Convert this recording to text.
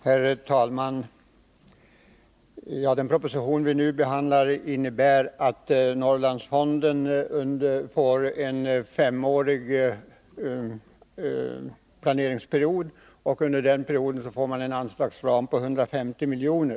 Herr talman! Den proposition vi nu behandlar innebär att Norrlandsfonden får en femårig planeringsperiod och under den perioden en anslagsram på 150 miljoner.